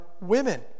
women